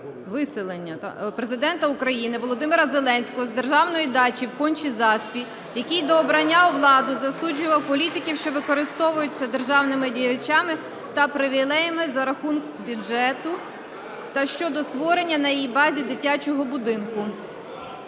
виселення Президента України Володимира Зеленського з державної дачі в Конча-Заспі, який до обрання у владу засуджував політиків, що користуються державними дачами та привілеями за рахунок бюджету, та щодо створення на її базі дитячого будинку.